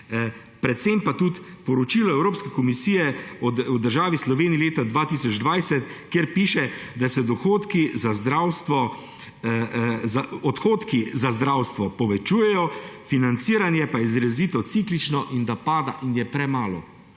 Predvsem pa tudi Poročilo Evropske komisije o državi Sloveniji leta 2020, kjer piše, da se odhodki za zdravstvo povečujejo, financiranje pa je izrazito ciklično in pada in je premalo.